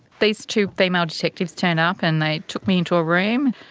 these two female detectives turn up and they took me into a room.